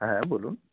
হ্যাঁ বলুন